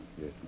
Yes